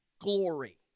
glory